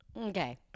Okay